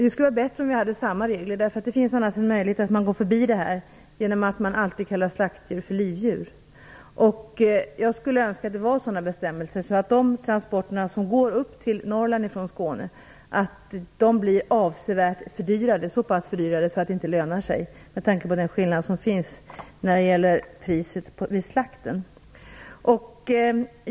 Det vore bättre om vi hade samma regler annars kan man gå förbi dem genom att alltid kalla slaktdjur för livdjur. Jag skulle önska att man hade sådana bestämmelser att transporterna från Skåne till Norrland blev så dyra att de inte lönade sig med tanke på de skillnader som finns när det gäller slaktpriser.